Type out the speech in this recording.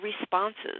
responses